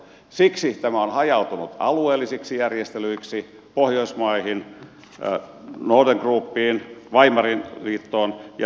siksi tämä on hajautunut alueellisiksi järjestelyiksi pohjoismaihin northern groupiin weimarin liittoon ja sillä tavalla